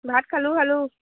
ভাত খালোঁ খালোঁ